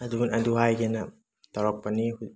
ꯑꯗꯨ ꯑꯗꯨ ꯍꯥꯏꯒꯦꯅ ꯇꯧꯔꯛꯄꯅꯤ